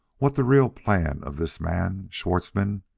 what the real plan of this man, schwartzmann,